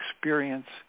experience